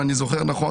אם אני זוכר נכון.